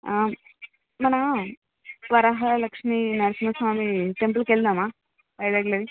మనం వరాహ లక్ష్మీనరసింహస్వామి టెంపుల్కు వెళ్దామా వైజాగ్లోది